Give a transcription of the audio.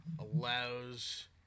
allows